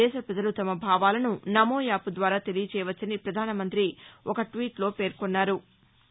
దేశ ప్రజలు తమ భావాలను నమో యాప్ ద్వారా తెలియచేయవచ్చని ప్రధాన మంత్రి ఒక ట్వీట్లో పేర్కొన్నారు